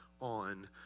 on